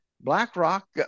BlackRock